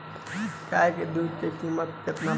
गाय के दूध के कीमत केतना बा?